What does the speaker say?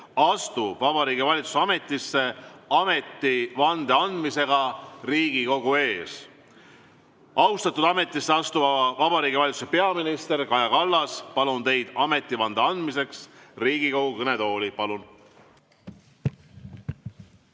astub Vabariigi Valitsus ametisse ametivande andmisega Riigikogu ees. Austatud ametisse astuva Vabariigi Valitsuse peaminister Kaja Kallas, palun teid ametivande andmiseks Riigikogu kõnetooli. Palun!